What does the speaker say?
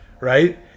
right